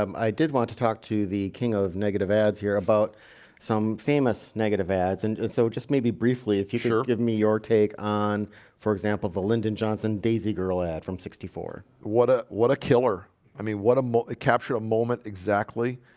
um i did want to talk to the king of negative ads here about some famous negative ads and so just maybe briefly if you should give me your take on for example, the lyndon johnson days eager lad from sixty four what a what a killer i mean what a moute capture a moment exactly